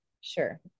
sure